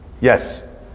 Yes